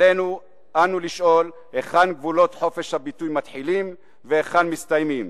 עלינו אנו לשאול היכן גבולות חופש הביטוי מתחילים והיכן מסתיימים.